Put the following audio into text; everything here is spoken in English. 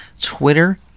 Twitter